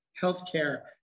healthcare